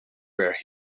where